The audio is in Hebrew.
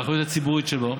באחריות הציבורית שלו,